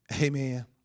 Amen